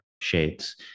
shades